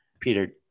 Peter